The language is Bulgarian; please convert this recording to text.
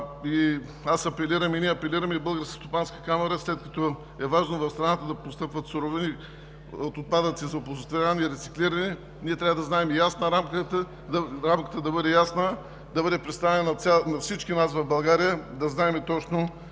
Аз апелирам, ние апелираме и Българската стопанска камара, след като е важно в страната да постъпват суровини от отпадъци за оползотворяване и рециклиране, трябва да знаем, рамката да бъде ясна, да бъде представена на всички нас в България, да знаем точно